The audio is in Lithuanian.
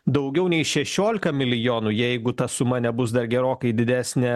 daugiau nei šešiolika milijonų jeigu ta suma nebus dar gerokai didesnė